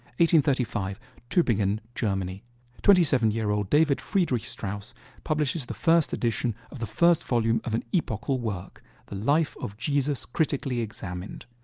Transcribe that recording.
eight hundred and thirty five tubingen, germany twenty seven year old david friedrich strauss publishes the first edition of the first volume of an epochal work the life of jesus, critically examined.